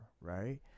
Right